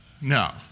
No